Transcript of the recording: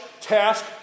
task